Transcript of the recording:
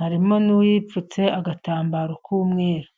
harimo n'uwipfutse agatambaro k'umweru.